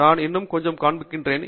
நான் இன்னும் கொஞ்சம் காண்பிக்கிறேன்